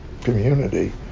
community